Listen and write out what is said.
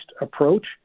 approach